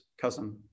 cousin